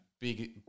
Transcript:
big